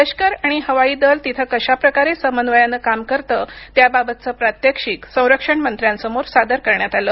लष्कर आणि हवाईदल तिथं कशाप्रकारे समन्वयानं काम करतं त्या बाबतचं प्रात्यक्षिक संरक्षणमंत्र्यांसमोर सादर करण्यात आलं